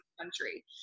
country